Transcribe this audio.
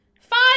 Five